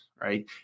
right